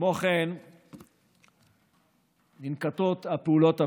כמו כן ננקטות הפעולות הבאות: